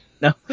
No